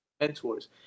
mentors